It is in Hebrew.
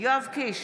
יואב קיש,